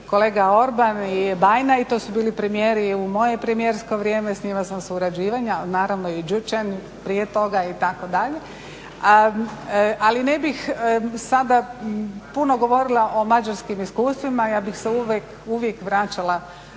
kolega Orban i Bajami i to su bili premijeri u moje premijersko vrijeme, s njima sam surađivala naravno i Gyuresany prije toga itd. ali ne bih sada puno govorila o mađarskim iskustvima jer bi se uvijek vraćala